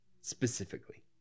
specifically